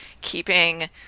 keeping